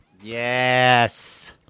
Yes